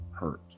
hurt